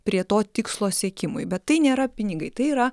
prie to tikslo siekimui bet tai nėra pinigai tai yra